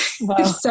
Wow